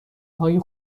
های